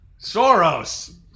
Soros